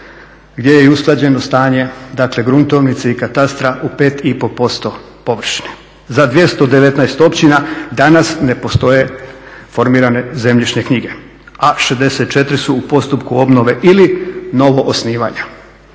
gdje je i usklađeno stanje, dakle gruntovnice i katastra u 5,5% površine. Za 219 općina danas ne postoje formirane zemljišne knjige, a 64 su u postupku obnove ili novo osnivanja.